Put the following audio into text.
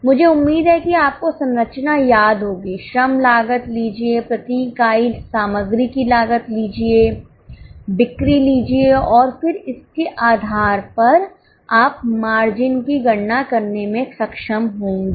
मुझे उम्मीद है कि आप कोसंरचना याद होगी श्रम लागत लीजिए प्रति इकाई सामग्री की लागत लीजिए बिक्री लीजिए और फिर इसके आधार पर आप मार्जिन की गणना करने में सक्षम होंगे